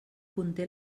conté